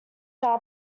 are